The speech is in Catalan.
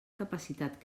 capacitat